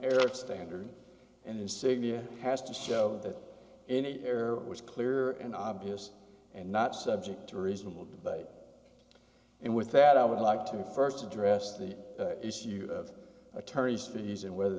insignia has to show that any error was clear and obvious and not subject to reasonable debate and with that i would like to first address the issue of attorney's fees and whether